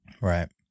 Right